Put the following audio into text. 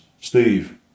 Steve